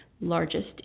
largest